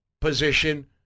position